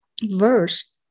Verse